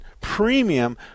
premium